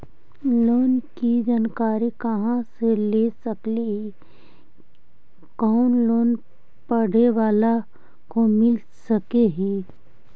Loan की जानकारी कहा से ले सकली ही, कोन लोन पढ़े बाला को मिल सके ही?